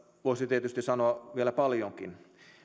voisi tietysti sanoa vielä paljonkin